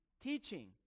teaching